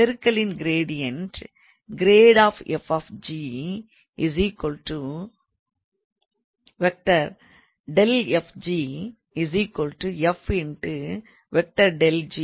ஆகவே பெருக்கலின் க்ரேடியன்ட் 𝑔𝑟𝑎𝑑𝑓𝑔 ∇⃗𝑓𝑔 𝑓∇⃗𝑔 𝑔∇⃗𝑓 என்றாகும்